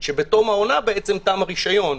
שבתום העונה תם הרשיון.